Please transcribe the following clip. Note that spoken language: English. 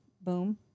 Boom